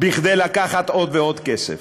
כדי לקחת עוד ועוד כסף.